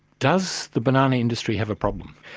does the banana industry have a problem?